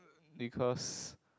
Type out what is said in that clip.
because